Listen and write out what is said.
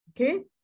Okay